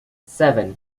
seven